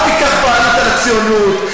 אל תיקח בעלות על הציונות,